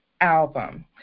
album